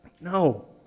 No